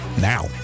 now